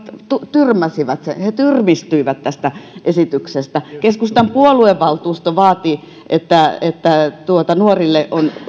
tyrmäsivät sen he tyrmistyivät tästä esityksestä keskustan puoluevaltuusto vaatii että että nuorille on